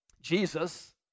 Jesus